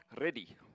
ready